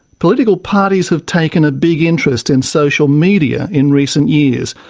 political parties have taken a big interest in social media in recent years,